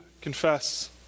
confess